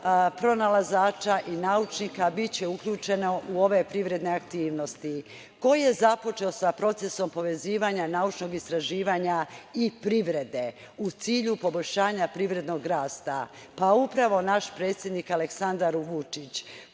pronalazača i naučnika biće uključeno u ove privredne aktivnosti. Ko je započeo sa procesom povezivanja naučnog istraživanja i privrede u cilju poboljšanja privrednog rasta? Upravo naš predsednik Aleksandar Vučić.